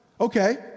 okay